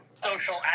social